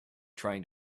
trying